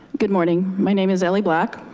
good morning, my name is ellie black.